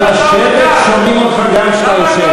נא לשבת, שומעים אותך גם כשאתה יושב.